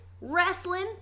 wrestling